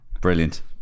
brilliant